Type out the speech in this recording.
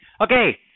Okay